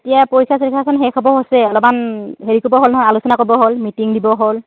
এতিয়া পইচা আলোচনা কৰিব হ'ল মিটিং দিব হ'ল